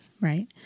right